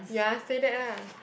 ya say that lah